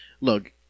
Look